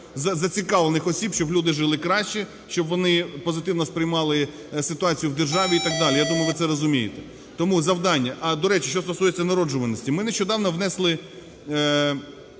зацікавлених осіб, щоб люди жили краще, щоб вони позитивно сприймали ситуацію в державі і так далі, я думаю, ви це розумієте. Тому завдання… До речі, що стосується народжуваності. Ми нещодавно внесли